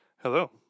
Hello